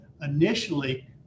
Initially